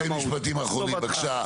שני משפטים אחרונים בבקשה.